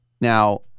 Now